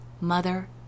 mother